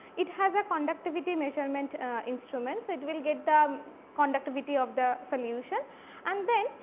it has a conductivity measurement instruments. it will get the conductivity of the solution and then,